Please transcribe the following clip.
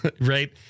right